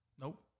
Nope